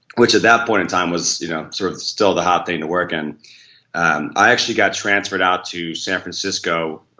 which at that point in time was you know sort of still the hot day in the work and i actually got transferred out to san francisco